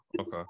Okay